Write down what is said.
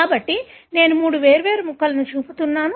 కాబట్టి నేను మూడు వేర్వేరు ముక్కలను చూపుతున్నాను